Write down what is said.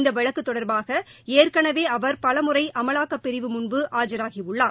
இந்தவழக்குதொடர்பாகஏற்கனவேஅவர் பலமுறைஅமலாக்கப்பிரிவு முன்பு ஆஜராகியுள்ளார்